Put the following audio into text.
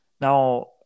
now